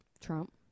Trump